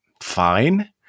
fine